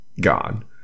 gone